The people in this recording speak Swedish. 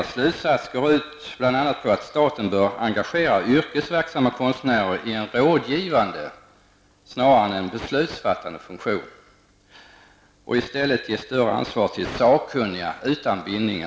Slutsatsen i rapporten går bl.a. ut på att staten bör engagera yrkesverksamma konstnärer i en rådgivande snarare än beslutande funktion och i stället ge större ansvar till sakkunniga utan bindning.